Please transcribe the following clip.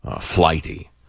flighty